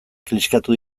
kliskatu